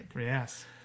Yes